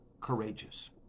courageous